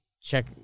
Check